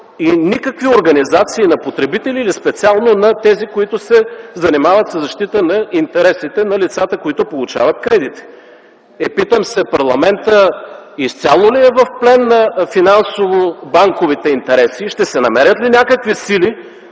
и никакви организации на потребители или специално на тези, които се занимават със защита на интересите на лицата, които получават кредити. Е, питам се, парламентът изцяло ли е в плен на финансово-банковите интереси и ще се намерят ли някакви сили,